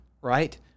Right